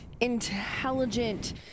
intelligent